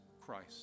Christ